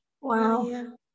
Wow